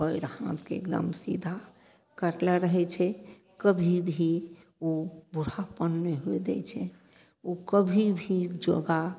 पयर हाथके एकदम सीधा करले रहय छै कभी भी उ बुढ़ापन नहि हुअऽ दै छै उ कभी भी योगा